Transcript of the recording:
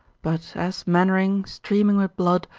but as mainwaring, streaming with blood,